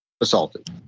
assaulted